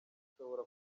ishobora